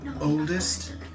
oldest